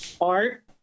art